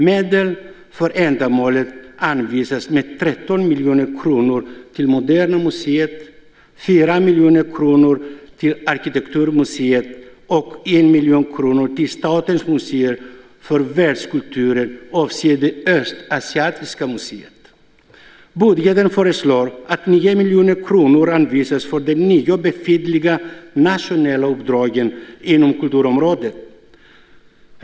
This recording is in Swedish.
Medel för ändamålet anvisas med 13 miljoner kronor till Moderna museet, 4 miljoner kronor till Arkitekturmuseet och 1 miljon kronor till Statens museer för världskulturer avseende Östasiatiska museet. I budgeten föreslås att 9 miljoner kronor anvisas för de nio befintliga nationella uppdragen inom kulturområdet.